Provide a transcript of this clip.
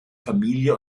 familie